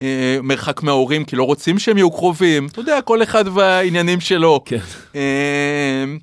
מרחק מההורים כי לא רוצים שהם יהיו קרובים, אתה יודע, כל אחד והעניינים שלו, כן.